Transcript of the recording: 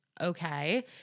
okay